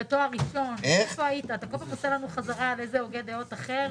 תאמין לי, זה לא נראה טוב.